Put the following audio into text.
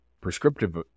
prescriptive